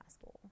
school